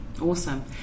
Awesome